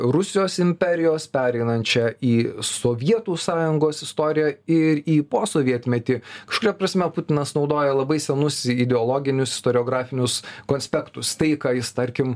rusijos imperijos pereinančią į sovietų sąjungos istoriją ir į posovietmetį kažkuria prasme putinas naudoja labai senus ideologinius istoriografinius konspektus tai ką jis tarkim